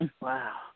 Wow